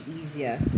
easier